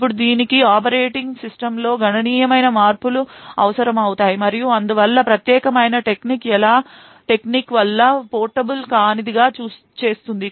ఇప్పుడు దీనికి ఆపరేటింగ్ సిస్టమ్లో గణనీయమైన మార్పులు అవసరమవుతాయి మరియు అందువల్ల ప్రత్యేకమైన టెక్నిక్ వల్లా పోర్టబుల్ కానిదిగా చేస్తుంది